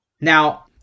Now